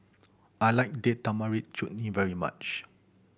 I like Date Tamarind Chutney very much